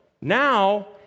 now